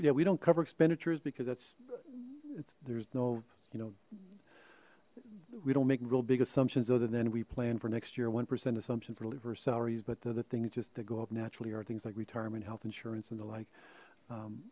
yeah we don't cover expenditures because that's it's there's no you know we don't make real big assumptions other than we plan for next year one percent of sumption for salaries but the things just to go up naturally are things like retirement health insurance and the like